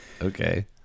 Okay